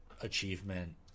achievement